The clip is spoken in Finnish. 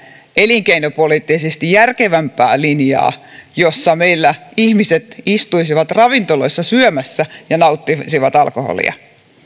elinkeinopoliittisesti järkevämpää linjaa jossa meillä ihmiset istuisivat ravintoloissa syömässä ja nauttisivat alkoholia